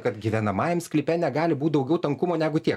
kad gyvenamajam sklype negali būt daugiau tankumo negu tie